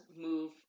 move